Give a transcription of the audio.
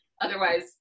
Otherwise